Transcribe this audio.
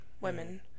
Women